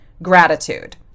gratitude